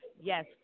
Yes